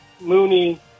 Mooney